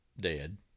dead